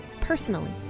personally